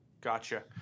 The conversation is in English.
gotcha